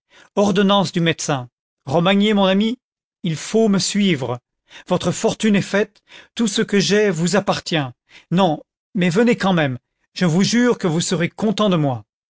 ordonnance du médecin romagné mon ami il faut me suivre votre fortune est faite tout ce que j'ai vous appartient non mais venez quand même je vous jure que vous serez content de moi